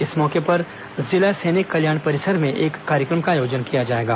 इस मौके पर जिला सैनिक कल्याण परिसर में एक कार्यक्रम का आयोजन किया जाएगा